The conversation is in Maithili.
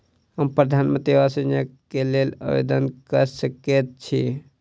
हम प्रधानमंत्री आवास योजना केँ लेल आवेदन कऽ सकैत छी?